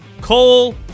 Cole